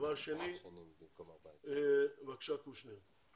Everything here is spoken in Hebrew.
דבר שני, בבקשה, קושניר.